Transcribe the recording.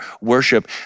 worship